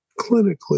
clinically